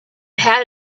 had